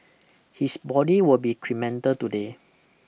his body will be cremated today